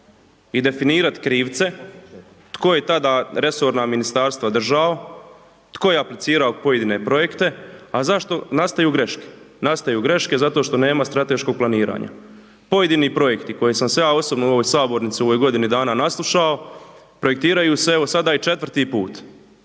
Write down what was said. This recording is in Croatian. I definirati krivce, tko je tada resorna ministarstva držao? Tko je aplicirao pojedine projekte? A zašto nastaju greške? Nastaju greške zato što nema strateškog planiranja. Pojedini projekti koje sam ja osobno u ovoj sabornici u ovoj godini dana naslušao, projektiraju se, evo, sada je 4. put.